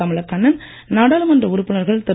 கமலகண்ணன் நாடாளுமன்ற உறுப்பினர்கள் திரு